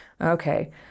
Okay